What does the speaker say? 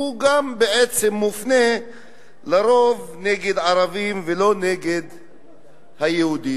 גם הוא בעצם מופנה לרוב נגד הערבים ולא נגד היהודים,